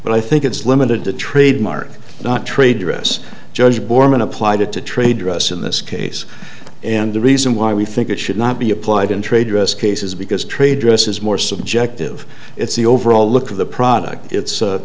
but i think it's limited to trademark not trade dress judge borman applied to trade dress in this case and the reason why we think it should not be applied in trade dress cases because trade dress is more subjective it's the overall look of the product it's